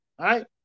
right